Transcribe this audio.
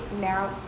now